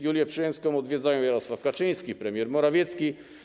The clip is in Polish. Julię Przyłębską odwiedzają Jarosław Kaczyński, premier Morawiecki.